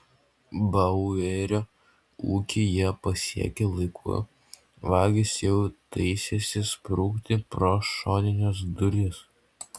bauerio ūkį jie pasiekė laiku vagis jau taisėsi sprukti pro šonines duris